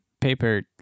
paper